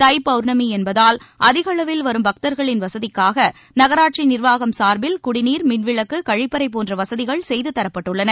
தை பௌர்ணமி என்பதால் அதிகளவில் வரும் பக்தர்களின் வசதிக்காக நகராட்சி நிர்வாகம் சார்பில் குடிநீர் மின்விளக்கு கழிப்பறை போன்ற வசதிகள் செய்து தரப்பட்டுள்ளன